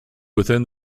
within